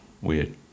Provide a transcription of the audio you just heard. weird